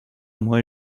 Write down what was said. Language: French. moi